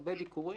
הרבה ביקורים,